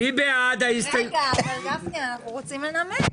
אני רוצה לנמק.